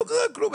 לא קרה כלום,